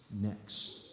next